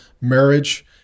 marriage